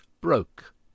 broke